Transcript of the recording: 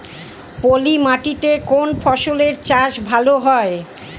পলি মাটিতে কোন ফসলের চাষ ভালো হয়?